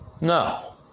No